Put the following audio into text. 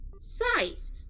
size